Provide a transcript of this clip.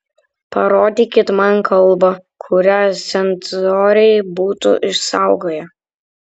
parodykit man kalbą kurią cenzoriai būtų išsaugoję